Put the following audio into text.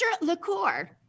liqueur